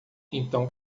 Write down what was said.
então